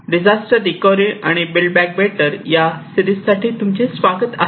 disaster recovery आणि build back better या series साठी तुमचे स्वागत आहे